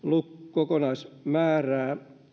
kokonaismäärää